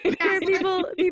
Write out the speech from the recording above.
people